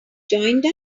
joined